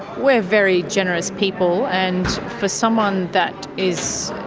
we're very generous people, and for someone that is